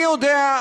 אני יודע,